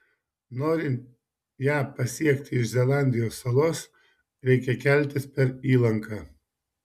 norint ją pasiekti iš zelandijos salos reikia keltis per įlanką